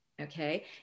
Okay